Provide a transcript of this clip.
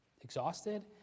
exhausted